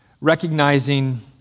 recognizing